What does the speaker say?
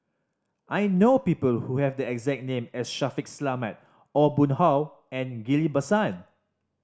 I know people who have the exact name as Shaffiq Selamat Aw Boon Haw and Ghillie Basan